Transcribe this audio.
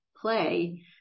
play